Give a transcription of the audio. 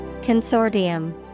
Consortium